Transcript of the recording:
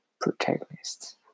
Protagonists